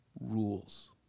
rules